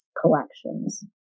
collections